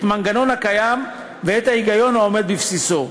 המנגנון הקיים ואת ההיגיון העומד בבסיסו.